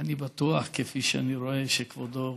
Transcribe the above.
אני בטוח, כפי שאני רואה, שכבודו